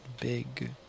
Big